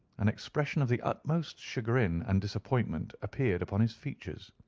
an expression of the utmost chagrin and disappointment appeared upon his features.